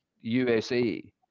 USA